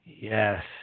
Yes